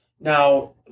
Now